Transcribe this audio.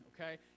okay